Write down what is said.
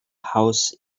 house